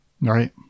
Right